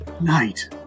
night